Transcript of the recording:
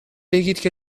بگید